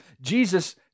jesus